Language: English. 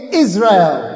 israel